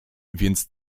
więc